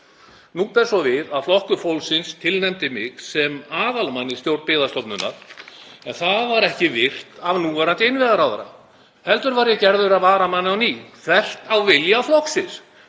Nú ber svo við að Flokkur fólksins tilnefndi mig sem aðalmann í stjórn Byggðastofnunar en það var ekki virt af núverandi innviðaráðherra heldur var ég gerður að varamanni á ný, þvert á vilja flokksins.